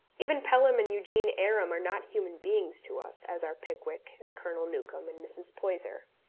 even pelham and eugene aram are not human beings to us, as are pickwick, and colonel newcombe, and mrs. poyser.